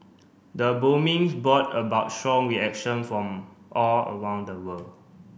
the bombings brought about strong reaction from all around the world